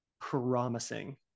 promising